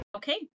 Okay